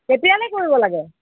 কেতিয়ালৈ কৰিব লাগে